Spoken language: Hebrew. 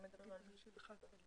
צריך לחדש אותו כל שנה-שנה וחצי.